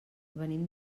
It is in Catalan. venim